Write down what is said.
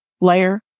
layer